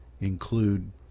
include